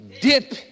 dip